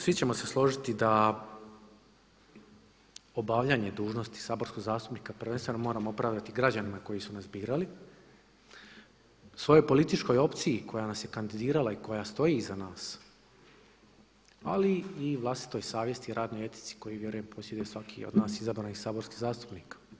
Svi ćemo se složiti da obavljanje dužnosti saborskog zastupnika prvenstveno moramo opravdati građanima koji su nas birali, svojoj političkoj opciji koja nas je kandidirala i koja stoji iza nas ali i vlastitoj savjesti, radnoj etici koju vjerujem posjeduje svaki od nas izabranih saborskih zastupnika.